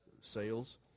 sales